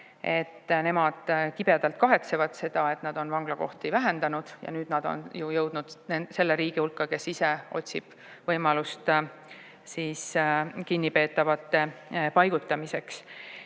nemad kibedalt kahetsevad, et nad on vanglakohti vähendanud. Nüüd nad on jõudnud nende riikide hulka, kes ise otsivad võimalust kinnipeetavate paigutamiseks.